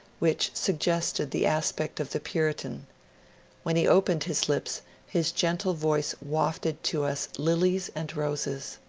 which suggested the aspect of the puritan when he opened his lips his gentle voice wafted to us lilies and roses.